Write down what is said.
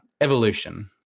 evolution